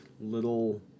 little